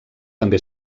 també